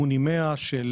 ׳מונימאה׳,